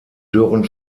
dürren